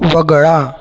वगळा